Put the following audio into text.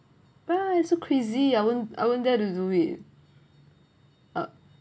well it's so crazy I won't I won't dare to do it ugh